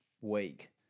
week